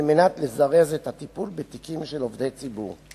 על מנת לזרז את הטיפול בתיקים של עובדי ציבור.